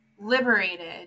liberated